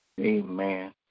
Amen